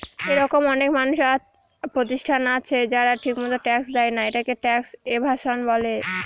এরকম অনেক মানুষ আর প্রতিষ্ঠান আছে যারা ঠিকমত ট্যাক্স দেয়না, এটাকে ট্যাক্স এভাসন বলে